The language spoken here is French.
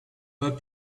pas